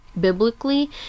biblically